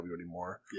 anymore